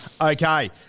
Okay